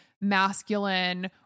masculine